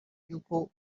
ry’uko